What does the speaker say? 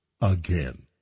again